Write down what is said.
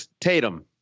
Tatum